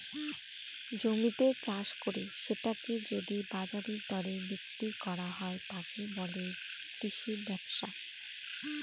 জমিতে চাষ করে সেটাকে যদি বাজারের দরে বিক্রি করা হয়, তাকে বলে কৃষি ব্যবসা